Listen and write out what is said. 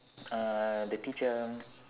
uh the teacher